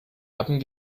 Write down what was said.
haben